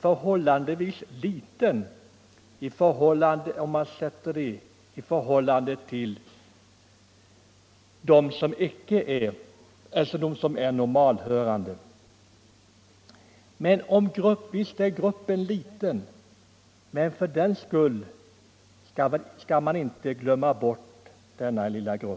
förhållandevis liten grupp jämfört med de normalhörande, men fördenskull skall man inte glömma bort dem.